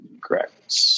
Correct